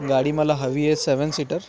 गाडी मला हवी आहे सेवन सीटर